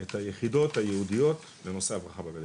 את היחידות היהודיות לנושא הברחה בגדר.